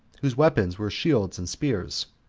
whose weapons were shields and spears,